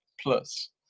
plus